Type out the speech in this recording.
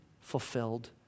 fulfilled